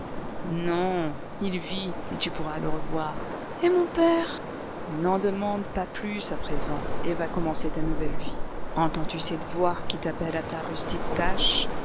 non il vit et tu pourras le revoir et mon père n'en demande pas plus à présent et va commencer ta nouvelle vie entends-tu cette voix qui t'appelle à ta rustique tâche